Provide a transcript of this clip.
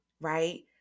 right